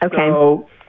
Okay